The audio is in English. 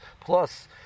plus